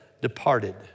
departed